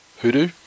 hoodoo